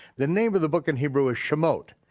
the name of the book in hebrew is shemot.